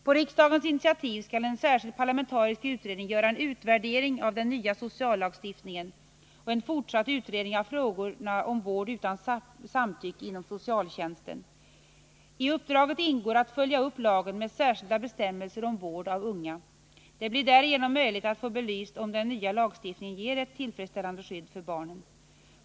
På riksdagens initiativ skall en särskild parlamentarisk utredning göra en utvärdering av den nya sociallagstiftningen och en fortsatt utredning av frågorna om vård utan samtycke inom socialtjänsten. I uppdraget ingår att följa upp lagen med särskilda bestämmelser om vård av unga. Det blir därigenom möjligt att få belyst om den nya lagstiftningen ger ett tillfredsställande skydd för barnen.